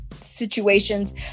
situations